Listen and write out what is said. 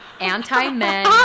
anti-men